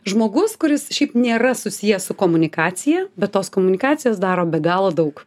žmogus kuris šiaip nėra susijęs su komunikacija bet tos komunikacijos daro be galo daug